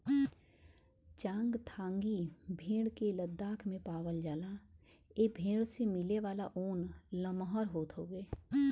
चांगथांगी भेड़ के लद्दाख में पावला जाला ए भेड़ से मिलेवाला ऊन लमहर होत हउवे